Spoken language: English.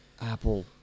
Apple